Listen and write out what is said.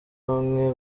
bamwe